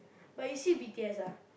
but you see b_t_s ah